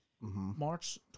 March